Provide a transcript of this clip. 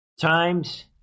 times